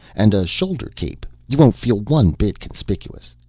and a shoulder cape. you won't feel one bit conspicuous.